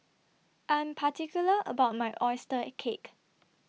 I Am particular about My Oyster Cake